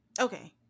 Okay